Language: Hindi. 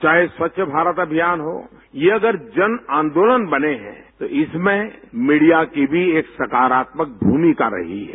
चाहे स्वच्छ भारत अभियान हो यह अगर जन आंदोलन बने तो इसमें मीडिया की भी एक सकारात्मक मूमिका रही है